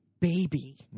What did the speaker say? baby